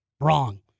Wrong